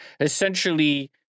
essentially